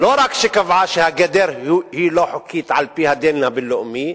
ולא רק שקבעה שהגדר היא לא חוקית על-פי הדין הבין-לאומי,